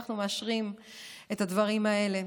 אנחנו מאשרים את הדברים האלה.